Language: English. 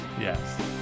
Yes